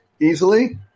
easily